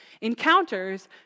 encounters